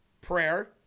prayer